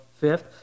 fifth